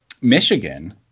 Michigan